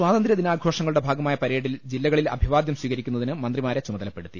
സ്വാതന്ത്ര്യ ദിനാഘോഷങ്ങളുടെ ഭാഗമായ പരേഡിൽ ജില്ലകളിൽ അഭിവാദ്യം സ്വീക രിക്കുന്നതിന് മന്ത്രിമാരെ ചുമതലപ്പെടുത്തി